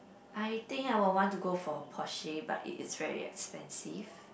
I think I will want to go for a Porsche but it is very expensive